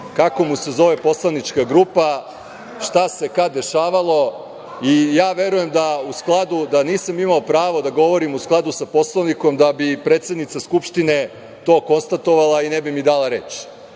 kako mu se zove poslanička grupa, šta se kada dešavalo i verujem da nisam imao pravo da govorim u skladu sa Poslovnikom, da bi predsednica Skupštine to konstatovala i ne bi mi dala reč. Ali,